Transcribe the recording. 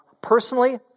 Personally